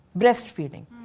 breastfeeding